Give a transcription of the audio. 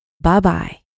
bye-bye